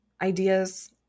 ideas